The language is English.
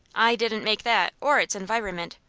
i didn't make that, or its environment,